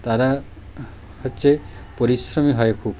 তারা হচ্ছে পরিশ্রমী হয় খুব